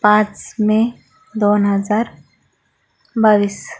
पाच मे दोन हजार बावीस